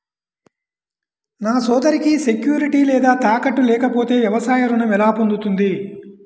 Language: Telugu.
నా సోదరికి సెక్యూరిటీ లేదా తాకట్టు లేకపోతే వ్యవసాయ రుణం ఎలా పొందుతుంది?